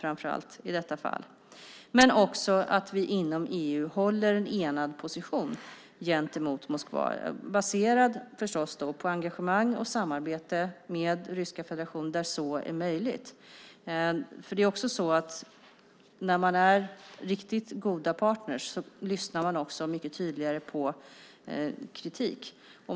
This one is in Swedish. Vi måste inom EU hålla en enad position gentemot Moskva, baserad på engagemang och samarbete med Ryska federationen där så är möjligt. När man är riktigt goda partner lyssnar man tydligare på kritik.